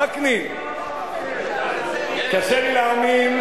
וקנין --------- קשה לי להאמין.